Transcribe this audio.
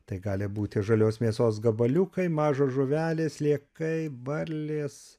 tai gali būti žalios mėsos gabaliukai mažos žuvelės sliekai varlės